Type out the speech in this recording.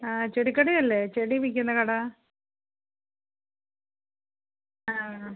ആ ചെടിക്കടയല്ലേ ചെടി വിൽക്കുന്ന കട ആ